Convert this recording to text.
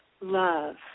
love